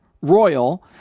Royal